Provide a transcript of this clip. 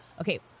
Okay